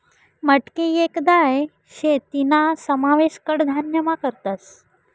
मटकी येक दाय शे तीना समावेश कडधान्यमा करतस